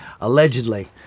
allegedly